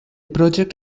project